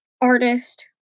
artist